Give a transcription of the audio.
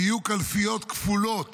שיהיו קלפיות כפולות